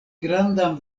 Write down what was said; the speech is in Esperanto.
grandan